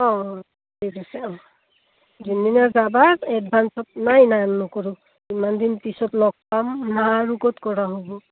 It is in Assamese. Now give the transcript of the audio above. অঁ ঠিক আছে অঁ যোনদিনা যাবা এডভান্সত নাই নাই নকৰোঁ কিমান দিন পিছত লগ পাম না আৰু ক'ত কৰা হ'ব